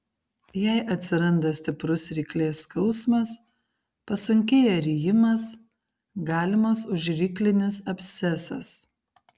jei atsiranda stiprus ryklės skausmas pasunkėja rijimas galimas užryklinis abscesas